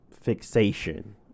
fixation